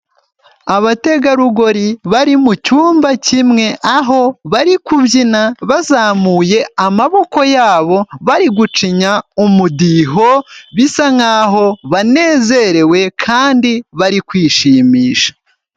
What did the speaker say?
Abategarugori bari mu cyumba kimwe aho bari kubyina bazamuye amaboko yabo bari gucinya umudiho bisa nk'aho banezerewe kandi bari kwishimisha.